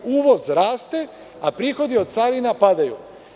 Uvoz nam raste, a prihodi od carina padaju.